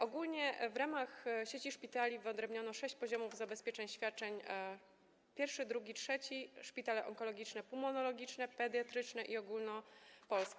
Ogólnie w ramach sieci szpitali wyodrębniono sześć poziomów zabezpieczeń świadczeń: pierwszy, drugi, trzeci - szpitale onkologiczne, pulmonologiczne, pediatryczne i ogólnopolskie.